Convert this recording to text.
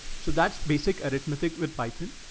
so that's basic arithmetic with python.